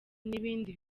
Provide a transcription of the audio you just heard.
n’ibindi